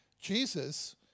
Jesus